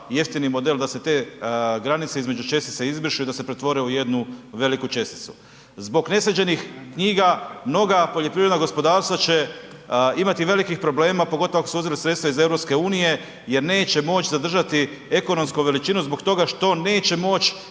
jeftini model da se te granice između čestica izbrišu i da pretvore u jednu veliku česticu. Zbog nesređenih knjiga mnoga poljoprivredna gospodarstva će imati velikih problema pogotovo ako su uzeli sredstva iz EU jer neće moći zadržati ekonomsku veličinu zbog toga što neće moć